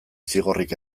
zigorrik